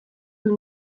who